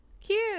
cute